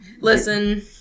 Listen